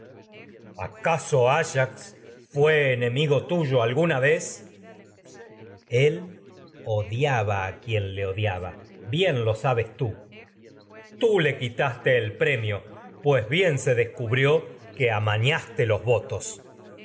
acaso ayax fué enemigo tuyo alguna él odiaba a quien le odiaba bien lo sa bes tú teucro cubrió tú le quitaste el premio pues bien se des que amañaste los votos